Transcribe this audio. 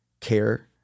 care